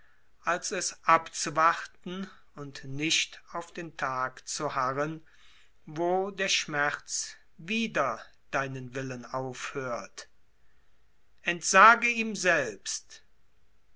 als es abzuwarten und nicht auf den tag zu harren wo der schmerz wider deinen willen aufhört entsage ihm selbst